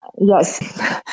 Yes